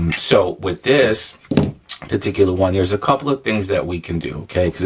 so with this particular one, there's a couple of things that we can do, okay?